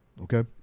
Okay